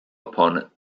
opponent